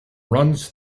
runs